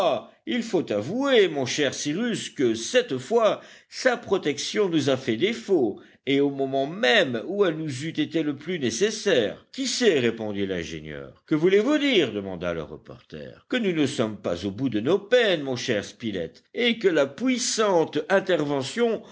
il faut avouer mon cher cyrus que cette fois sa protection nous a fait défaut et au moment même où elle nous eût été le plus nécessaire qui sait répondit l'ingénieur que voulez-vous dire demanda le reporter que nous ne sommes pas au bout de nos peines mon cher spilett et que la puissante intervention